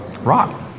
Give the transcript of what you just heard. Rock